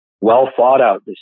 well-thought-out